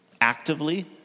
actively